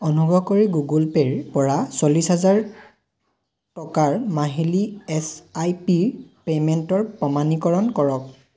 অনুগ্ৰহ কৰি গুগল পে'ৰপৰা চল্লিছ হাজাৰ টকাৰ মাহিলী এছ আই পি পে'মেণ্টৰ প্ৰমাণীকৰণ কৰক